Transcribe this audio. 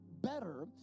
better